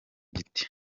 giti